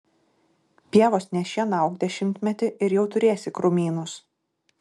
pievos nešienauk dešimtmetį ir jau turėsi krūmynus